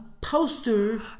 poster